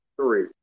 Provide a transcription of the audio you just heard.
three